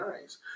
nice